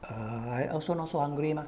a'ah I also not so hungry mah